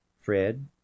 Fred